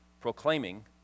proclaiming